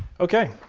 okay,